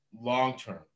long-term